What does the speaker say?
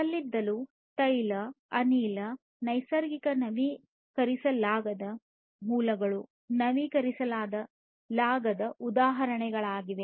ಕಲ್ಲಿದ್ದಲು ತೈಲ ಅನಿಲ ನೈಸರ್ಗಿಕ ನವೀಕರಿಸಲಾಗದ ಮೂಲಗಳು ನವೀಕರಿಸಲಾಗದ ಉದಾಹರಣೆಗಳಾಗಿವೆ